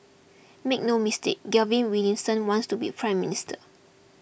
make no mistake Gavin Williamson wants to be Prime Minister